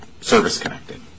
service-connected